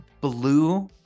blue